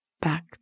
back